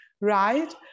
Right